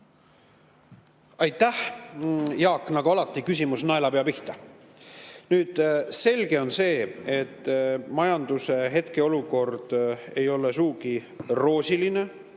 Aitäh, Jaak! Nagu alati, küsimus naelapea pihta. Selge on see, et majanduse hetkeolukord ei ole sugugi roosiline,